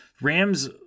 Rams